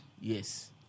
Yes